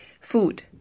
Food